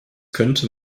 könnte